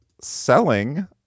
selling